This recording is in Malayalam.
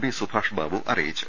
പി സുഭാഷ്ബാബു അറിയിച്ചു